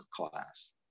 class